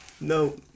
No